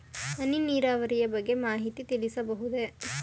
ಹನಿ ನೀರಾವರಿಯ ಬಗ್ಗೆ ಮಾಹಿತಿ ತಿಳಿಸಬಹುದೇ?